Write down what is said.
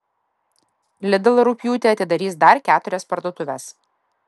lidl rugpjūtį atidarys dar keturias parduotuves